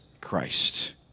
Christ